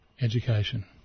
education